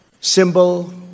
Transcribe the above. symbol